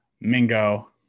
Mingo